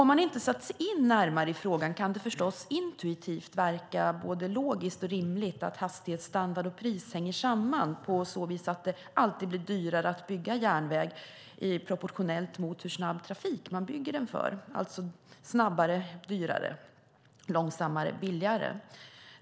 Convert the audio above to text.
Om man inte har satt sig närmare in i frågan kan det förstås intuitivt verka både logiskt och rimligt att hastighetsstandard och pris hänger samman, på så vis att det alltid blir dyrare att bygga järnväg proportionellt mot hur snabb trafik man bygger den för, alltså snabbare och dyrare eller långsammare och billigare.